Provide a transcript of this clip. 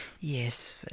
yes